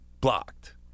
blocked